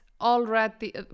already